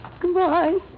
Goodbye